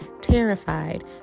terrified